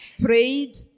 prayed